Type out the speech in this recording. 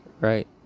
right